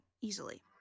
easily